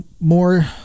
more